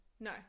No